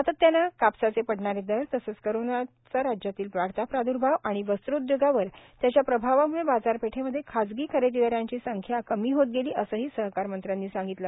सातत्याने कापसाचे पडणारे दर तसेच कोरोनाचा राज्यातील वाढता प्रादुर्भाव आणि वस्त्रोद्योगावर त्याच्या प्रभावामुळे बाजारपेठेमध्ये खाजगी खरेदीदारांची संख्या कमी होत गेली असंही सहकार मंत्र्यांनी सांगितले